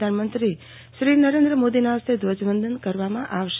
પ્રધાનમંત્રી શ્રી નરેન્દ્ર મોદીના હસ્તે ધ્વજવંદન કરવામાં આવશે